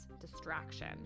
distraction